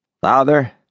Father